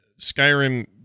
Skyrim